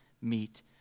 meet